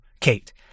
Kate